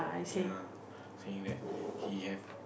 ya saying that he have